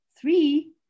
Three